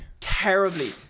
Terribly